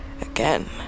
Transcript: again